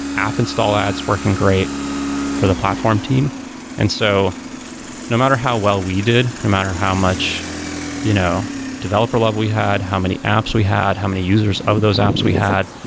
app install ads working great for the platform team and so no matter how well we did, no matter how much you know developer love we had, how many apps we had, how many users of those apps we had,